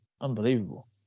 Unbelievable